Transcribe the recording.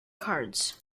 cards